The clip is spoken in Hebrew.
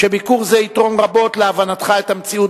שביקור זה יתרום רבות להבנתך את המציאות